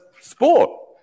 sport